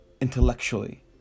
intellectually